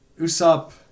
Usopp